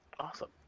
awesome